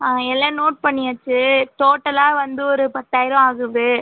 ஆ எல்லாம் நோட் பண்ணியாச்சு டோட்டலாக வந்து ஒரு பத்தாயிரூவா ஆகுது